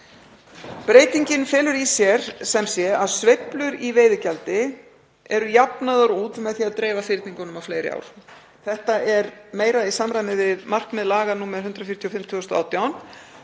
Breytingin felur sem sé í sér að sveiflur í veiðigjaldi eru jafnaðar út með því að dreifa fyrningum á fleiri ár. Þetta er meira í samræmi við markmið laga nr. 145/2018